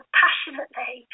passionately